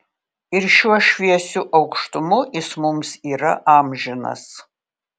ir šiuo šviesiu aukštumu jis mums yra amžinas